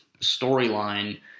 storyline